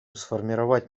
сформировать